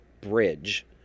bridge